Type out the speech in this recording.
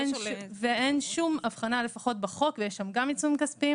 אין שם הבחנה לפחות בחוק - ויש שם גם עיצומים כספיים